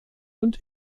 und